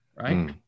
right